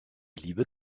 liebe